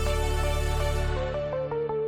ההצבעה: